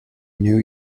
new